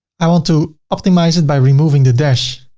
i want to optimize it by removing the dash,